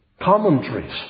commentaries